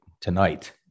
tonight